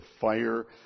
fire